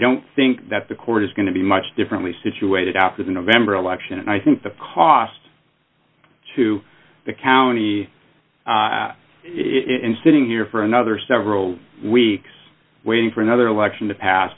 don't think that the court is going to be much differently situated after the november election and i think the cost to the county in sitting here for another several weeks waiting for another election to pas